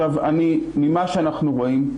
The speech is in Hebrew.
ממה שאנחנו רואים,